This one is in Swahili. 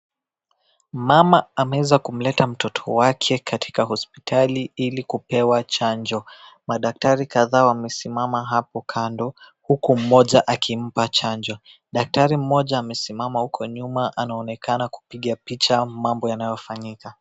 Mama ameeza kumleta mtoto wake katika hospitali ili kupewa chanjo. Madaktari kadhaa wamesimama hapo kando huku mmoja akimpa chanjo. Daktari mmoja amesimama huko nyuma anaonekana kupiga picha mambo yanayofanyika.